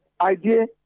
idea